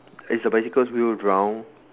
is the bicycle's wheel round